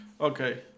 Okay